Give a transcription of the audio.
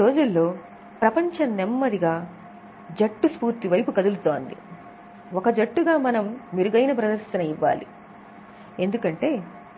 కాబట్టి ఈ రోజుల్లో ప్రపంచం నెమ్మదిగా జట్టు స్పూర్తి వైపు కదులుతోంది ఒక జట్టుగా మనం మెరుగైన ప్రదర్శన ఇవ్వాలి ఎందుకంటే